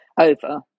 over